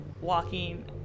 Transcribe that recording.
walking